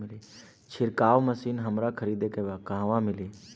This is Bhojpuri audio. छिरकाव मशिन हमरा खरीदे के बा कहवा मिली?